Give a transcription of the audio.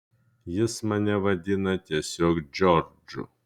jis mane vadina tiesiog džordžu